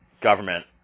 government